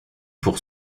pour